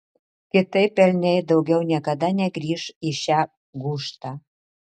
kitaip elniai daugiau niekada negrįš į šią gūžtą